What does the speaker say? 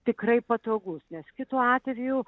tikrai patogus nes kitu atveju